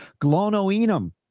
Glonoenum